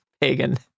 pagan